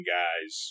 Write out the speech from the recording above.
guys